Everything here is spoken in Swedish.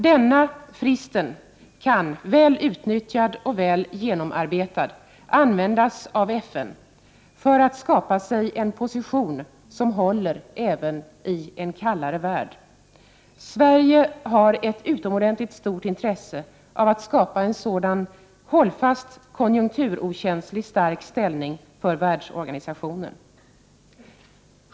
Denna frist kan väl utnyttjad och väl genomarbetad användas av FN för att skapa sig en position som håller även i en kallare värld. Sverige har ett utomordentligt stort intresse av att skapa en sådan hållfast och konjunkturokänslig stark ställning för världsorganisationen.